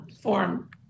form